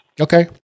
Okay